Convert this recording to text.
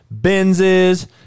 Benzes